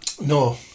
No